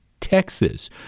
Texas